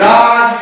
God